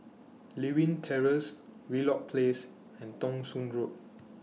Lewin Terrace Wheelock Place and Thong Soon Road